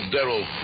Daryl